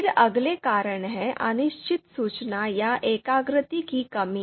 फिर अगला कारण है अनिश्चित सूचना या एकाग्रता की कमी